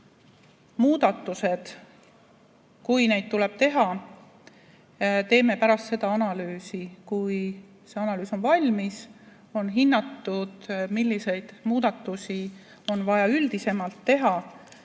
muudatused, kui neid tuleb teha, teeme pärast analüüsi, siis, kui see analüüs on valmis ja on hinnatud, milliseid muudatusi on vaja teha,